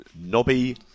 Nobby